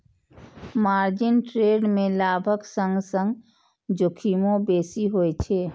margin trade मे लाभक संग संग जोखिमो बेसी होइ छै